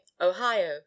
Ohio